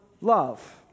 love